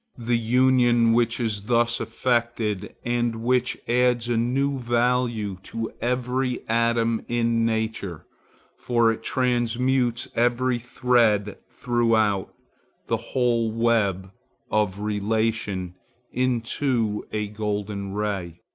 the union which is thus effected and which adds a new value to every atom in nature for it transmutes every thread throughout the whole web of relation into a golden ray,